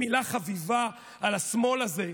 מילה חביבה על השמאל הזה,